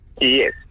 Yes